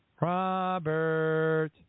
Robert